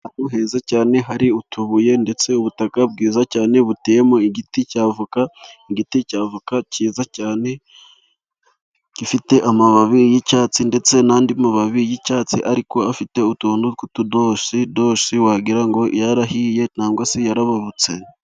Ahantu heza cyane hari utubuye, ndetse ubutaka bwiza cyane buteyemo igiti cya avoka, igiti cya avoka cyiza cyane, gifite amababi y'icyatsi, ndetse n'andi mababi y'icyatsi, ariko afite utuntu tw'udosi, dosi wagira ngo yarahiye cyangwa ngo yarababutse.